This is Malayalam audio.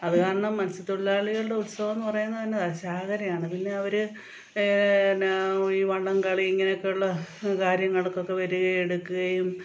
അതുകാരണം മത്സ്യത്തൊഴിലാളികളുടെ ഉത്സവമെന്നു പറയുന്നതെന്നതാണ് ചാകരയാണ് പിന്നെ അവർ പിന്നെ ഈ വള്ളംകളി ഇങ്ങനെയൊക്കെ ഉള്ള കാര്യങ്ങൾക്കൊക്കെ വരികയും എടുക്കുകയും